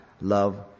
love